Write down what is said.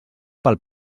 pel